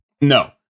No